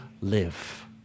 live